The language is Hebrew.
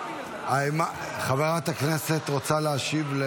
חברת הכנסת רוצה להשיב.